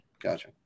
Gotcha